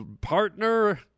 partner